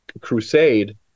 crusade